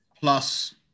plus